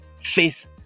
face